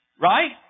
Right